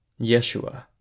Yeshua